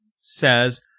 says